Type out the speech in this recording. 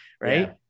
Right